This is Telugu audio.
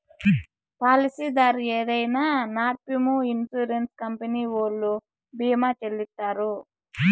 పాలసీదారు ఏదైనా నట్పూమొ ఇన్సూరెన్స్ కంపెనీ ఓల్లు భీమా చెల్లిత్తారు